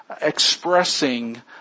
expressing